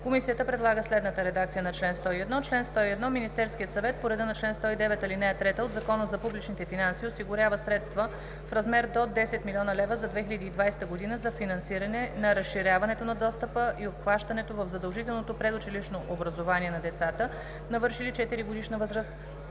Комисията предлага следната редакция за чл. 101: „Чл. 101. Министерският съвет по реда на чл. 109, ал. 3 от Закона за публичните финанси осигурява средства в размер до 10 млн. лв. за 2020 г. за финансиране на разширяването на достъпа и обхващането в задължителното предучилищно образование на децата, навършили 4-годишна възраст,